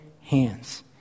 hands